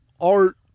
art